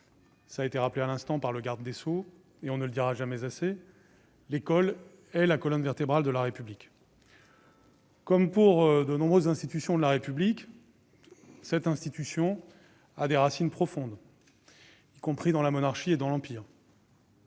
l'a rappelé à l'instant le garde des sceaux, et on ne le dira jamais assez, l'école est la colonne vertébrale de la République. Comme de nombreuses institutions de la République, elle a des racines profondes, jusque dans la monarchie et l'Empire.